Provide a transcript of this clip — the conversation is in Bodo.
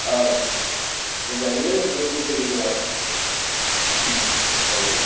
औ दोनजायो बे गेजेर गेजेराव होजायो